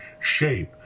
shape